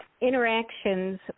interactions